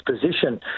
position